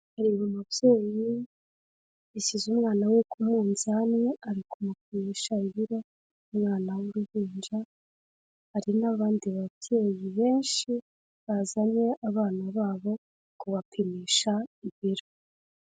Hariba umubyeyi yashyize umwana we ku munzani ari kumupimisha ibiro, umwana w'uruhinja. Hari n'abandi babyeyi benshi bazanye abana babo kubapimisha ibiro.